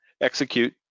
Execute